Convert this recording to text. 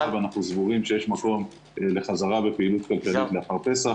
וסבורים שיש מקום לחזרה לפעילות כלכלית לאחר פסח,